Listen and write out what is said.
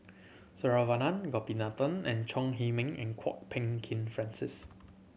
Saravanan Gopinathan and Chong Heman and Kwok Peng Kin Francis